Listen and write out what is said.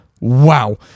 wow